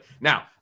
now